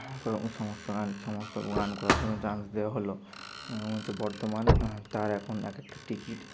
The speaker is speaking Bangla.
তারপর সমস্ত গান সমস্ত গান করার জন্য চান্স দেওয়া হল হচ্ছে বর্তমান তার এখন এক একটা টিকিট